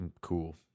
Cool